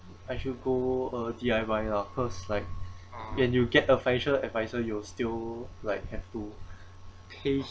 I should go uh D_I_Y lah cause like and you get a financial adviser you still like have to pay